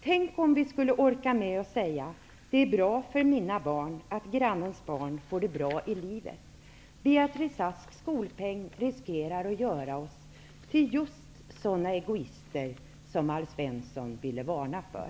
Tänk, om vi orkade säga att det är bra för mina barn att grannens barn får det bra i livet! Beatrice Asks skolpeng riskerar att göra oss till just sådana egoister som Alf Svensson ville varna för.